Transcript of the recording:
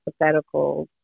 hypotheticals